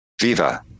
Viva